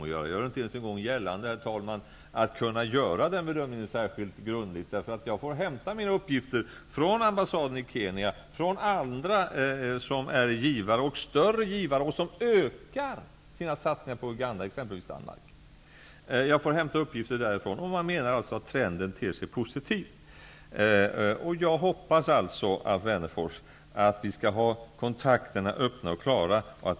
Jag gör inte ens gällande, herr talman, att jag skulle kunna göra den bedömingen särskilt grundlig. Jag får hämta mina uppgifter från ambassaden i Kenya, från andra som är givare, större givare, och som ökar sina satsningar på Uganda, exempelvis Danmark. De menar att trenden ter sig positiv. Jag hoppas alltså, Alf Wennerfors, att vi skall ha kontakterna öppna och klara.